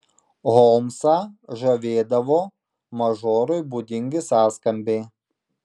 holmsą žavėdavo mažorui būdingi sąskambiai